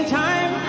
time